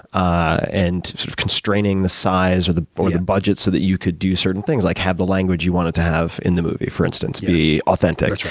ah and sort of constraining the size, or the budget, so that you could do certain things, like have the language you wanted to have in the movie, for instance, be authentic.